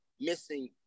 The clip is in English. missing